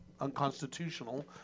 unconstitutional